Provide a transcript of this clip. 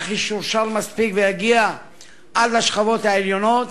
כך ישורשר מספיק ויגיע עד לשכבות התחתונות,